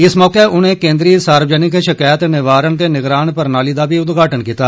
इस मौके उनें केन्द्रीय सार्वजनिक शकैत निवारण ते निगरान प्रणाली दा बी उदघाटन कीता